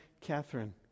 Catherine